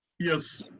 yes,